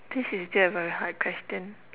this is still a very hard question